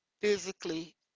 physically